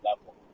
level